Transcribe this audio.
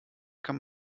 kann